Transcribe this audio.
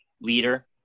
leader